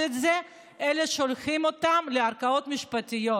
את זה אלא שולחים אותם לערכאות משפטיות.